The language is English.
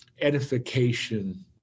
edification